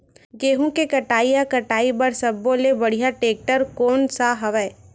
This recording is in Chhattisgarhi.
गेहूं के कटाई या कटाई बर सब्बो ले बढ़िया टेक्टर कोन सा हवय?